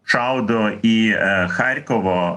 šaudo į charkovo